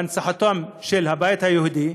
בהנצחתם של הבית היהודי,